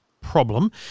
problem